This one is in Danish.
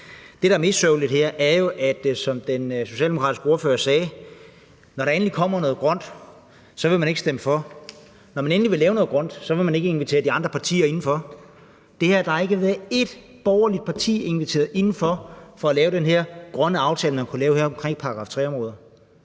Det, der er mest sørgeligt, er jo det, som den socialdemokratiske ordfører sagde, nemlig at når der endelig kommer noget grønt, vil man ikke stemme for, men jeg vil sige, at når man endelig vil lave noget grønt, vil man ikke invitere de andre partier indenfor. Der har ikke været inviteret et eneste borgerligt parti indenfor for at lave den grønne aftale, man kunne have lavet om § 3-områder.